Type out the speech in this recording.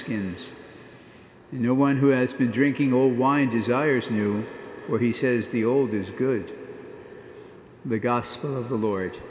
skin is no one who has been drinking or wine desires new or he says the old is good the gospel of the lord